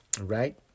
Right